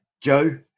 Joe